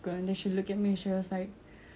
just wanna ask are you a boy before this